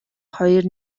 хоёр